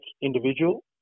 individual